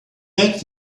back